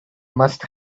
must